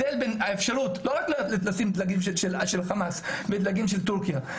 לא רק שמו דגלים של חמאס ותורכיה,